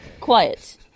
Quiet